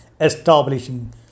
establishing